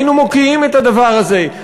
היינו מוקיעים את הדבר הזה,